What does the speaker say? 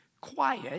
Quiet